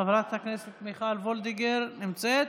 חברת הכנסת מיכל וולדיגר נמצאת?